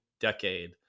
decade